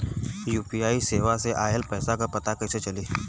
UPI सेवा से ऑयल पैसा क पता कइसे चली?